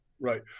Right